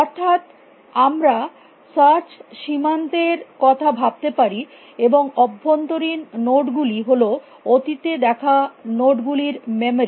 অর্থাৎ আমরা সার্চ সীমান্তের কথা ভাবতে পারি এবং অভ্যন্তরীণ নোড গুলি হল অতীতে দেখা নোড গুলির মেমরি